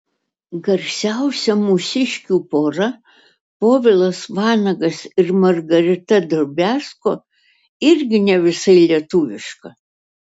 garsiausia mūsiškių pora povilas vanagas ir margarita drobiazko irgi ne visai lietuviška